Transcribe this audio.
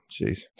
Jeez